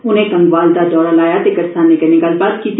उनें कंगवाला दा दौरा लाया ते करसाने कन्नै गल्लबात कीती